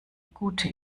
gute